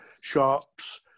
shops